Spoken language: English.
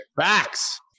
Facts